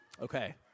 Okay